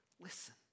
Listen